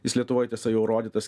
jis lietuvoje tiesa jau rodytas